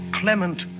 clement